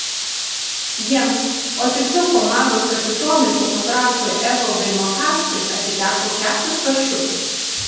jiems o tiksliau komandos kapitonui fotografui evaldui makarskui atiteko keptas paršiukas